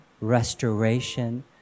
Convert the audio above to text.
restoration